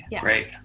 Great